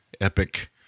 epic